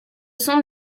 sont